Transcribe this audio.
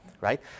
Right